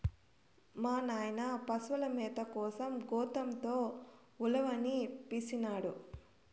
మా నాయన పశుల మేత కోసం గోతంతో ఉలవనిపినాడు